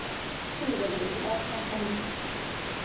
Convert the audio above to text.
ठीक ऐ भैया जी अच्छा थैंक यू